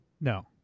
No